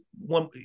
one